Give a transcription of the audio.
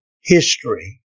history